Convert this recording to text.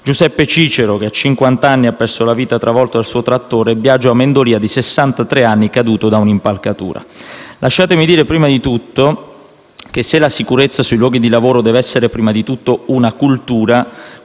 Giuseppe Cicero, che a cinquant'anni ha perso la vita travolto dal suo trattore; Biagio Amendolia, di 63 anni, caduto da un'impalcatura. Lasciatemi dire che se la sicurezza sui luoghi di lavoro deve essere prima di tutto una cultura,